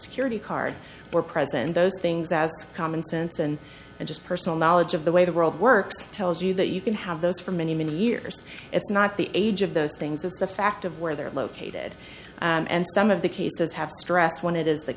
security card were present those things that are common sense and just personal knowledge of the way the world works tells you that you can have those for many many years if not the age of those things of the fact of where they're located and some of the cases have stressed when it is the